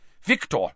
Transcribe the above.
Victor